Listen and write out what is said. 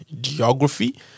geography